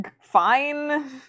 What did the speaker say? fine